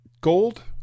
gold